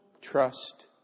trust